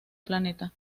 planeta